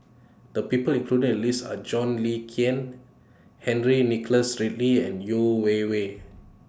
The People included in The list Are John Le Cain Henry Nicholas Ridley and Yeo Wei Wei